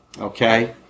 Okay